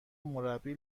مربی